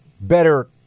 better